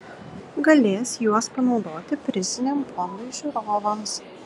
galės juos panaudoti priziniam fondui žiūrovams